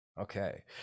okay